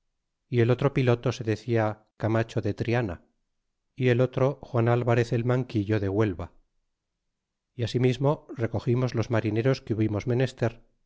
y el otro piloto se decia camacho de triana y el otro juan alvarez el manguillo de huelva y asimismo recogimos los marineros que hubimos